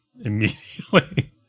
Immediately